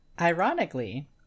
Ironically